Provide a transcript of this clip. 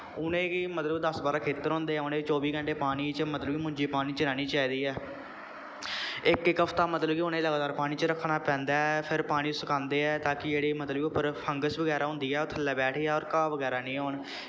उ'नेंगी मतलब दस बारां खेत्तर होंदे ऐ उ'नेंगी चौबी घैंटे पानी च मतलब कि मुंजी पानी च रैह्नी चाहिदी ऐ इक इक हफ्ता मतलब कि उ'नेंगी जैदातर उ'नेंगी पानी च रक्खना पैंदा ऐ फिर पानी सकांदे ऐ ताकि जेह्ड़ी मतलब कि उप्पर फंगस बगैरा होंदी ऐ ओह् थल्लै बैठ जा होर घाह् बगैरा निं होन